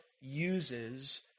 uses